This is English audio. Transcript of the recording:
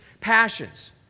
passions